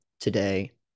today